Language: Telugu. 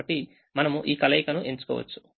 కాబట్టిమనము ఈ కలయికను ఎంచుకోవచ్చు